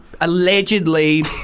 allegedly